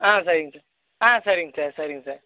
ஆ சரிங்க சார் ஆ சரிங்க சார் சரிங்க சார்